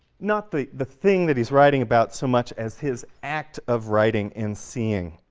not the the thing that he's writing about so much as his act of writing and seeing,